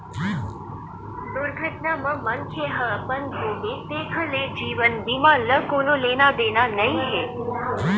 दुरघटना म मनखे ह अपंग होगे तेखर ले जीवन बीमा ल कोनो लेना देना नइ हे